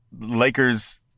Lakers